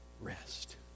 rest